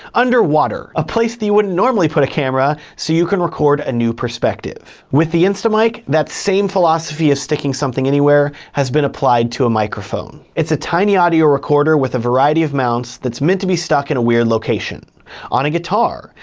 underwater, a place that you wouldn't normally put a camera so you can record a new perspective. with the instamic, that same philosophy of sticking something anywhere has been applied to a microphone. it's a tiny audio recorder with a variety of mounts that's meant to be stuck in a weird location on a guitar,